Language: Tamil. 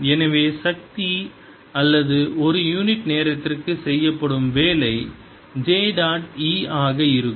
எனவே சக்தி அல்லது ஒரு யூனிட் நேரத்திற்கு செய்யப்படும் வேலை j டாட் E ஆக இருக்கும்